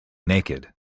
naked